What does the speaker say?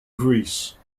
greece